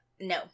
No